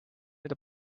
mida